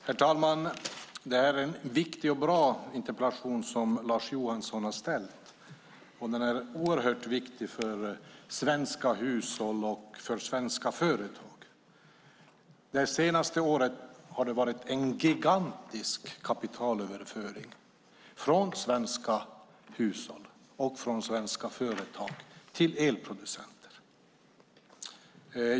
Herr talman! Det är en viktig och bra interpellation som Lars Johansson har ställt. Den är oerhört viktig för svenska hushåll och företag. Det senaste året har det skett en gigantisk kapitalöverföring från svenska hushåll och företag till elproducenter.